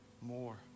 more